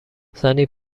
زنی